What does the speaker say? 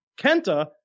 Kenta